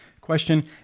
question